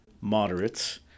moderates